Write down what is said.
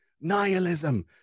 nihilism